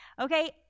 Okay